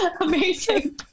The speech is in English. Amazing